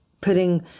putting-